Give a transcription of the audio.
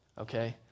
okay